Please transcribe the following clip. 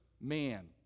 man